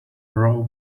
raw